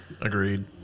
Agreed